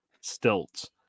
stilts